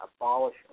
abolish